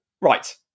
right